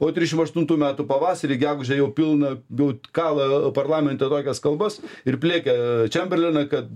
o trisdešimt aštuntų metų pavasarį gegužę jau pilna bei kala parlamente tokias kalbas ir pliekia čemberleną kad